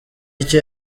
icyo